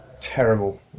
terrible